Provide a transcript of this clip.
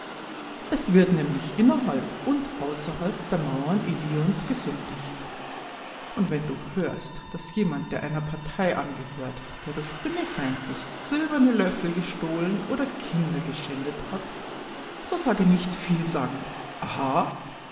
es wird nämlich innerhalb und außerhalb der mauern ilions gesündigt und wenn du hörst daß jemand der einer partei angehört der du spinnefeind bist silberne löffel gestohlen oder kinder geschändet hat so sage nicht vielsagend aha